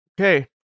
Okay